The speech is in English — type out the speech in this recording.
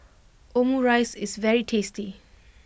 Omurice is very tasty